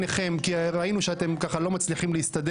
נכון, כי את מפריעה, רק הגעת והפרעת.